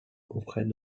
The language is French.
auprès